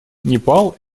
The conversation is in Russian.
непал